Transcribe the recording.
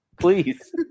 please